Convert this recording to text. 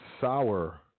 sour